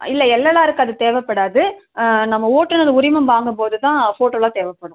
இல்லை எல்எல்ஆர்க்கு அது தேவைப்படாது நம்ம ஓட்டுநர் உரிமம் வாங்கும் போது தான் ஃபோட்டோவெலாம் தேவைப்படும்